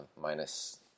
minus